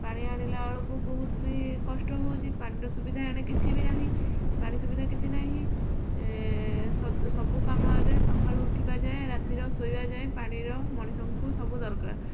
ପାଣି ଆଣିଲା ବେଳକୁ ବହୁତ ବି କଷ୍ଟ ହେଉଛି ପାଣିର ସୁବିଧା ଏଣେ କିଛି ବି ନାହିଁ ପାଣି ସୁବିଧା କିଛି ନାହିଁ ସବୁକାମରେ ସକାଳୁ ଉଠିବା ଯାଏଁ ରାତିର ଶୋଇବା ଯାଏଁ ପାଣିର ମଣିଷଙ୍କୁ ସବୁ ଦରକାର